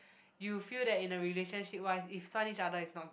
you feel that in a relationship wise if each other is not good